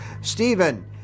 Stephen